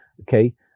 Okay